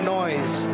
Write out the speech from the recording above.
noise